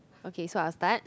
okay so I'll start